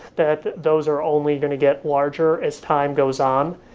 that those are only going to get larger as time goes on.